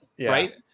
Right